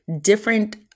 different